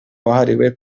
wahariwe